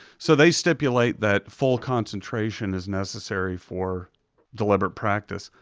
so they stipulate that full concentration is necessary for deliberate practice.